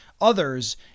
others